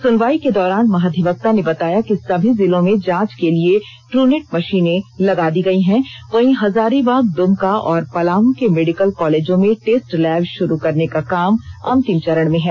सुनवाई के दौरान महाधिवक्ता ने बताया कि सभी जिलों में जांच के लिए ट्रूनेट मशीनें लगा दी गई हैं वहीं हजारीबाग दुमका और पलामू के मेडिकल कॉलेजों में टेस्ट लैब शुरू करने का काम अंतिम चरण में है